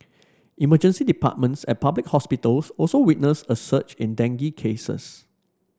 emergency departments at public hospitals also witnessed a surge in dengue cases